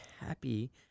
happy